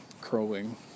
crowing